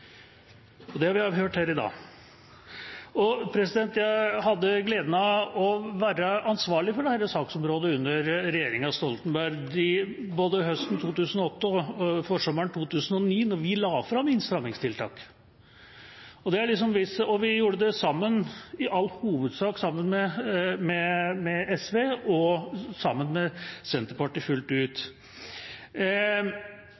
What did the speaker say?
det har vi hørt her i dag. Jeg hadde gleden av å være ansvarlig for dette saksområdet under regjeringa Stoltenberg, både høsten 2008 og forsommeren 2009 da vi la fram innstrammingstiltak. Og vi gjorde det i all hovedsak sammen med SV og sammen med Senterpartiet fullt